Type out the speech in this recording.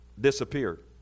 disappeared